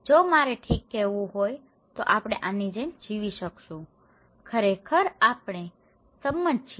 જો મારે ઠીક કહેવું હોય તો આપણે આની જેમ જીવી શકીશું ખરેખર આપણે સંમત છીએ